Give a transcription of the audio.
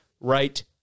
right